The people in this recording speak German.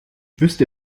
wüsste